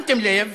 שמתם לב